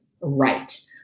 right